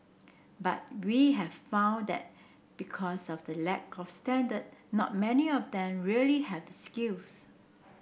but we have found that because of the lack of standard not many of them really have the skills